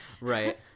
right